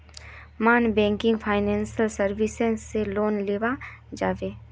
Non banking financial services से loan लिया जाबे?